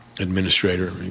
Administrator